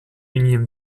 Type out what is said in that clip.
unième